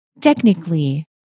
technically